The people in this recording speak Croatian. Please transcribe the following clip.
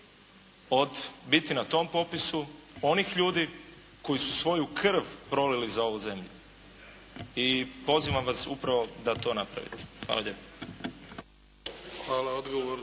od biti na tom popisu onih ljudi koji su svoju krv prolili za ovu zemlju. I pozivam vas upravo da to napravite. Hvala lijepa.